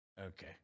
Okay